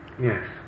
Yes